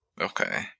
Okay